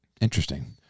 Interesting